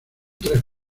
tres